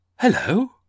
Hello